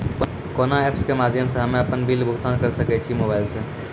कोना ऐप्स के माध्यम से हम्मे अपन बिल के भुगतान करऽ सके छी मोबाइल से?